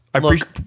look